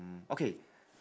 okay